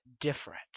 different